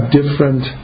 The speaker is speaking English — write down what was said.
different